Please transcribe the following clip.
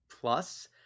Plus